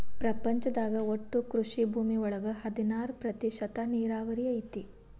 ಪ್ರಪಂಚದಾಗ ಒಟ್ಟು ಕೃಷಿ ಭೂಮಿ ಒಳಗ ಹದನಾರ ಪ್ರತಿಶತಾ ನೇರಾವರಿ ಐತಿ